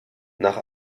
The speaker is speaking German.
nach